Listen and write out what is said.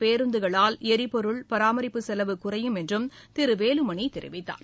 பேருந்துகளால் எரிபொருள் பராமரிப்புச் செலவு குறையும் என்று திரு வேலுமணி இந்தப் தெரிவித்தார்